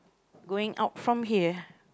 going out from here